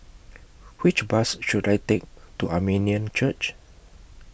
Which Bus should I Take to Armenian Church